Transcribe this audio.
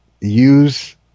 use